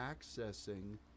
accessing